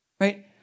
right